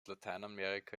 lateinamerika